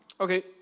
Okay